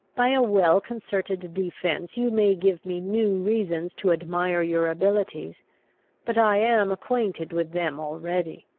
by a well-concerted defence you may give me new reasons to admire your abilities but i am acquainted with them already.